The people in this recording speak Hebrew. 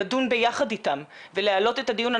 לדון ביחד איתם ולהעלות את הדיון.